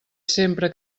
sempre